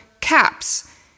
CAPS